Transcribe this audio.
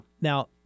now